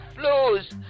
flows